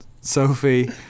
Sophie